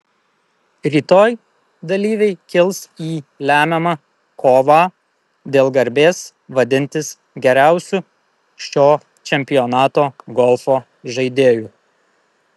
rytoj dalyviai kils į lemiamą kovą dėl garbės vadintis geriausiu šio čempionato golfo žaidėju